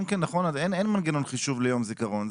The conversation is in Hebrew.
אין מנגנון חישוב ליום זיכרון.